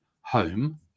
home